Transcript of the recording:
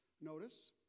Notice